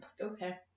Okay